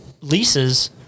leases—